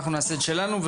אנחנו נעשה את שלנו,